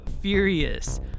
furious